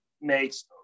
makes